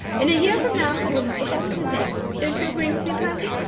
in a year from now you will have forgotten his name. don't you agree with me, percy?